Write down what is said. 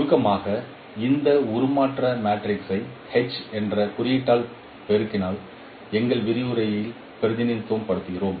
சுருக்கமாக இந்த உருமாற்ற மேட்ரிக்ஸை H என்ற குறியீட்டால் பெரும்பாலும் எங்கள் விரிவுரையில் பிரதிநிதித்துவப்படுத்துகிறோம்